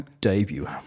debut